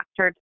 factored